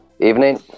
Evening